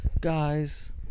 Guys